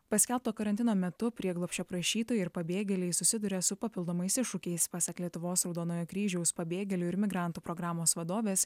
paskelbto karantino metu prieglobsčio prašytojai ir pabėgėliai susiduria su papildomais iššūkiais pasak lietuvos raudonojo kryžiaus pabėgėlių ir migrantų programos vadovės